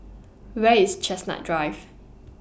Where IS Chestnut Drive